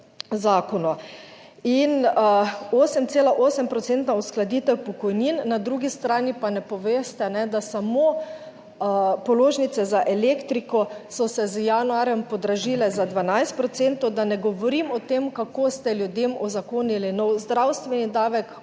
zakonu in 8,8 procentna uskladitev pokojnin, na drugi strani pa ne poveste, da samo položnice za elektriko so se z januarjem podražile za 12 procentov, da ne govorim o tem kako ste ljudem uzakonili nov zdravstveni davek,